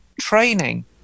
training